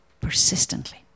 persistently